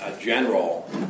general